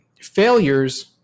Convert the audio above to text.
failures